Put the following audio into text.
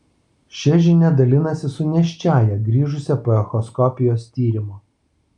šia žinia dalinasi su nėščiąja grįžusia po echoskopijos tyrimo